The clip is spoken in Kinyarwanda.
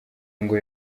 ngo